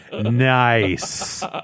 Nice